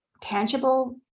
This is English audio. tangible